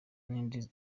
n’indi